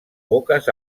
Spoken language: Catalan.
boques